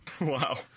Wow